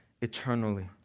eternally